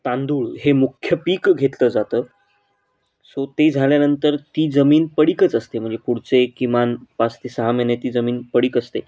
तांदूळ हे मुख्य पीक घेतलं जातं सो ते झाल्यानंतर ती जमीन पडीकच असते म्हणजे पुढचे किमान पाच ते सहा महिने ती जमीन पडीक असते